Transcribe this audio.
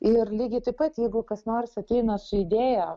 ir lygiai taip pat jeigu kas nors ateina su idėja